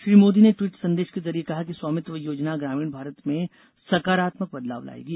श्री मोदी ने ट्वीट संदेश के जरिए कहा है कि स्वामित्व योजना ग्रामीण भारत में सकारात्मक बदलाव लाएगी